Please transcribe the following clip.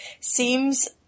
Seems